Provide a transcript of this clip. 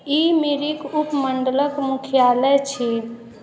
ई मिरिक उपमण्डलक मुख्यालय छी